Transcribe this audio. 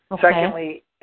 Secondly